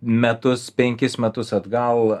metus penkis metus atgal